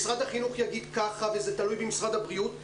משרד החינוך יגיד שזה תלוי במשרד הבריאות.